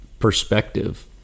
perspective